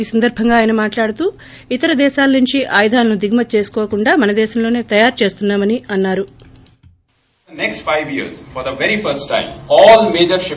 ఈ సందర్బంగా ఆయన మాట్లాడుతూ ఇతర దేశాల నుంచి ఆయుధాలను దిగుమతి చేసుకోకుండా మన దేశంలోనే తయారు చేస్తున్నా మని అన్నా రు